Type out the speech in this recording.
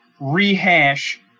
rehash